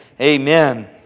amen